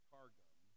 Targum